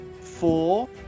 four